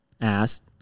asked